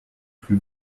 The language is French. plus